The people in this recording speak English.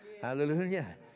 Hallelujah